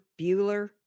Bueller